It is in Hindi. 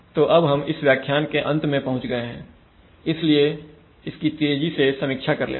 तो अब हम इस व्याख्यान के अंत में पहुंच गए हैं इसलिए इसकी तेजी से समीक्षा कर लेते हैं